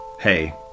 Hey